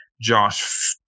Josh